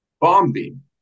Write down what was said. bombing